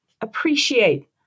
appreciate